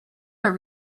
our